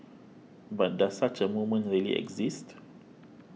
but does such a moment really exist